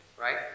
right